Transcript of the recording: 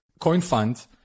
CoinFund